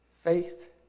faith